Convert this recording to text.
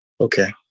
okay